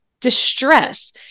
distress